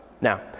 Now